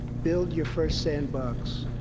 build your first sandbox,